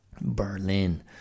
Berlin